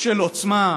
של עוצמה,